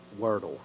Wordle